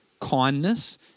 kindness